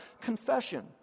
confession